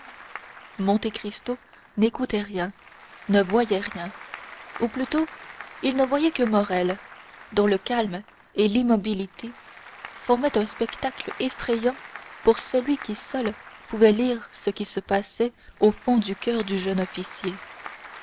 dupérier monte cristo n'écoutait rien ne voyait rien ou plutôt il ne voyait que morrel dont le calme et l'immobilité formaient un spectacle effrayant pour celui qui seul pouvait lire ce qui se passait au fond du coeur du jeune officier